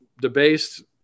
debased